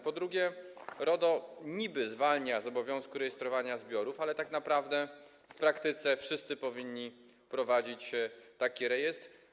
Po drugie, RODO niby zwalnia z obowiązku rejestrowania zbiorów, ale tak naprawdę w praktyce wszyscy powinni prowadzić taki rejestr.